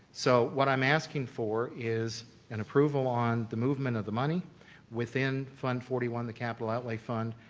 so what i'm asking for is an approval on the movement of the money within fund forty one, the capital outlay fund,